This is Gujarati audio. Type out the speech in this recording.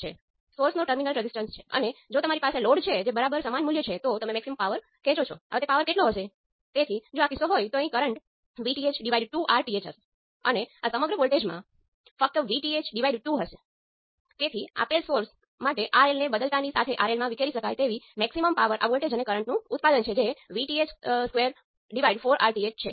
તેથી h11 માં રેઝિસ્ટન્સના પેરામિટર છે આ વોલ્ટેજ h12 ×× V2 તેથી h12 ડાઈમેન્સનલેસ છે